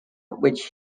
which